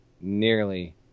nearly